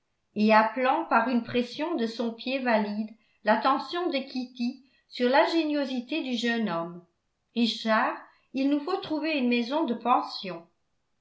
et appelant par une pression de son pied valide l'attention de kitty sur l'ingéniosité du jeune homme richard il nous faut trouver une maison de pension